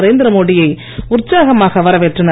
நரேந்திரமோடி யை உற்சாகமாக வரவேற்றனர்